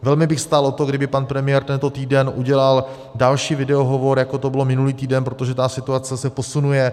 Velmi bych stál o to, kdyby pan premiér tento týden udělal další videohovor, jako to bylo minulý týden, protože situace se posunuje.